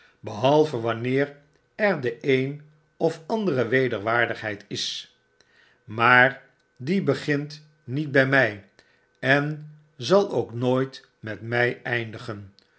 behalve wanneer er de een of andere wederwaardigheid i s maar die begint niet by my en zal ook nooit met my eindigen